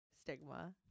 stigma